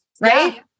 right